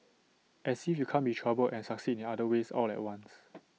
as if you can't be troubled and succeed in other ways all at once